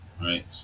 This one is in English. right